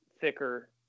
thicker